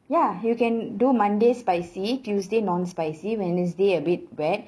ya you can do monday spicy tuesday non-spicy wednesday a bit wet